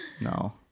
No